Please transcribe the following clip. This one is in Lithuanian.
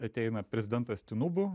ateina prezidentas tinubu